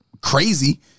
crazy